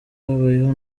habayeho